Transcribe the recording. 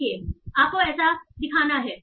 देखिए आपको ऐसा दिखना है